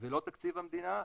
ולא תקציב המדינה.